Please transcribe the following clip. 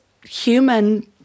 human